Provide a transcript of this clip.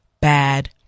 bad